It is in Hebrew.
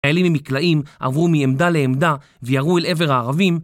אלה עם מקלעים עברו מעמדה לעמדה וירו אל עבר הערבים.